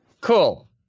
Cool